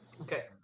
Okay